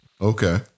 Okay